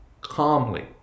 calmly